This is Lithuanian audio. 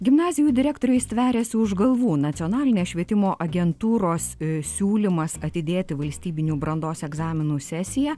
gimnazijų direktoriai stveriasi už galvų nacionalinės švietimo agentūros siūlymas atidėti valstybinių brandos egzaminų sesiją